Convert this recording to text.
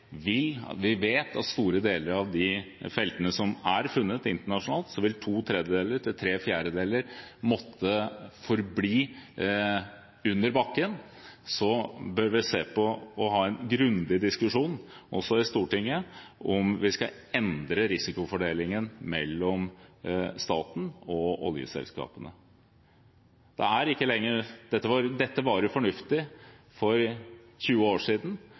de feltene som er funnet internasjonalt, vil to tredjedeler til tre fjerdedeler måtte forbli under bakken, bør vi se på og ha en grundig diskusjon, også i Stortinget, om vi skal endre risikofordelingen mellom staten og oljeselskapene. Dette var jo fornuftig for 20 år siden,